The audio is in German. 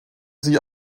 sie